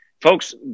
folks